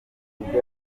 cyangwa